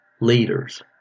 leaders